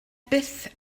byth